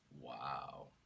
wow